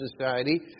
Society